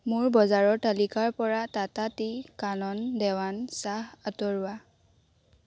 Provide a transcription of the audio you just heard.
মোৰ বজাৰৰ তালিকাৰ পৰা টাটা টি কানন দেৱান চাহ আঁতৰোৱা